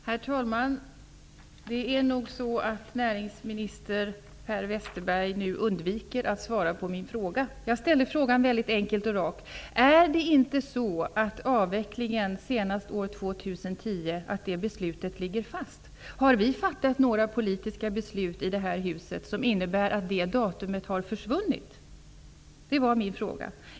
Herr talman! Det är nog så att näringsminister Per Westerberg undviker att svara på min fråga. Den var mycket enkel och konkret: Är det inte så att beslutet om avveckling senast år 2010 ligger fast? Har riksdagen fattat några politiska beslut som innebär att det datumet har upphört att gälla?